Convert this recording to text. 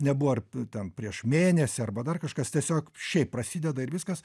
nebuvo ar ten prieš mėnesį arba dar kažkas tiesiog šiaip prasideda ir viskas